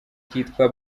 kitwa